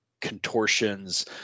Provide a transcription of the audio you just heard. contortions